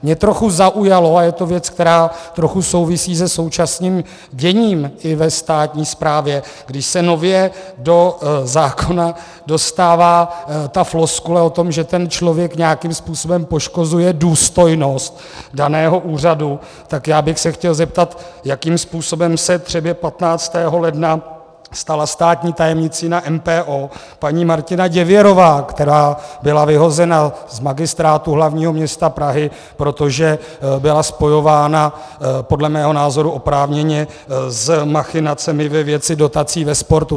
Mě trochu zaujalo, a je to věc, která trochu souvisí se současným děním i ve státní správě, když se nově do zákona dostává ta floskule o tom, že ten člověk nějakým způsobem poškozuje důstojnost daného úřadu, tak já bych se chtěl zeptat, jakým způsobem se třeba 15. ledna stala státní tajemnicí na MPO paní Martina Děvěrová, která byla vyhozena z Magistrátu hlavního města Prahy, protože byla spojována podle mého názoru oprávněně s machinacemi ve věci dotací ve sportu.